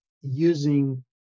using